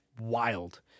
wild